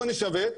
בואו נשווק,